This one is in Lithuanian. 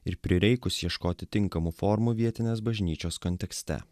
ir prireikus ieškoti tinkamų formų vietinės bažnyčios kontekste